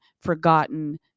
forgotten